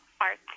art